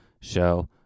show